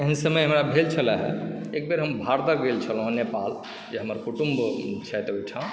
एहन समय हमरा भेल छलए एक बेर हम भारदह गेल छलहुँ नेपाल जे हमर कुटुम्ब छथि ओहिठाम